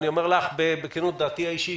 אני אומר לך בכנות את דעתי האישית